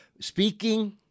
speaking